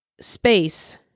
space